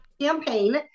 campaign